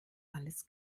alles